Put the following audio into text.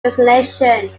resignation